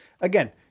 Again